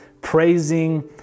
praising